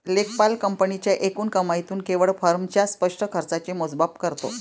लेखापाल कंपनीच्या एकूण कमाईतून केवळ फर्मच्या स्पष्ट खर्चाचे मोजमाप करतो